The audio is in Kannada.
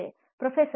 ಪ್ರೊಫೆಸರ್ ಸರಿ